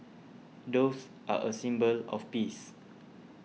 doves are a symbol of peace